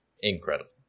incredible